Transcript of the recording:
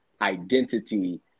identity